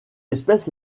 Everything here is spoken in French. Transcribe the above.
espèce